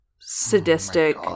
sadistic